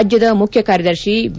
ರಾಜ್ಯದ ಮುಖ್ಯ ಕಾರ್ಯದರ್ಶಿ ಬಿ